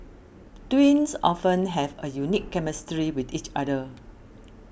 twins often have a unique chemistry with each other